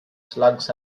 slugs